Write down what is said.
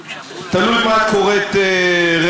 תלוי למה את קוראת רווח.